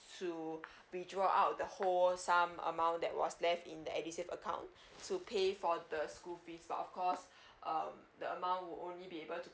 to withdraw out the whole sum amount that was left in the edusave account to pay for the school fees but of course um the amount will only be able to